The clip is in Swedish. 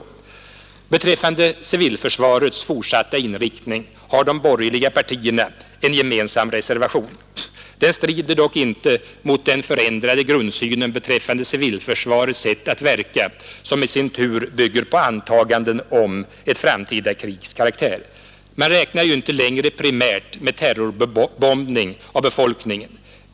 Beträffande civilförsvarets fortsatta inriktning har de borgerliga partierna en gemensam reservation. Den strider dock inte mot den förändrade grundsynen beträffande civilförsvarets sätt att verka som i sin tur bygger på antaganden om ett framtida krigs karaktär. Man räknar ju inte längre primärt med terrorbombning av befolkningen.